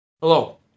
Hello